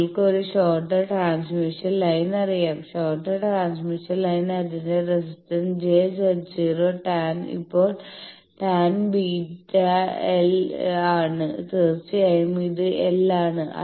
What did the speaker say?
നിങ്ങൾക്ക് ഒരു shorted transmission line അറിയാം ഷോർട്ട്ഡ് ട്രാൻസ്മിഷൻ ലൈൻ അതിന്റെ resistance j Z0 tan βl ഇപ്പോൾ ടാൻ βl ആണ് തീർച്ചയായും ഇത് എൽ ആണ്